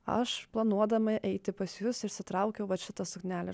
aš planuodama eiti pas jus išsitraukiau vat šitą suknelę